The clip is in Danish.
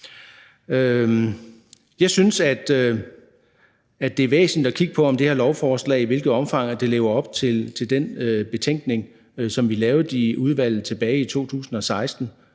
Jeg synes, at det er væsentligt at kigge på, i hvilket omfang det her lovforslag lever op til den betænkning, som vi lavede i udvalget tilbage i 2016,